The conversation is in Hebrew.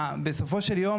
בסופו של יום,